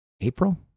April